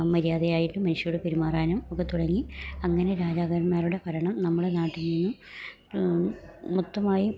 മര്യാദയായിട്ട് മനുഷ്യരോട് പെരുമാറാനും ഒക്കെ തുടങ്ങി അങ്ങനെ രാജാക്കന്മാരുടെ ഭരണം നമ്മുടെ നാട്ടിൽ നിന്നും മൊത്തമായി